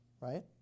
right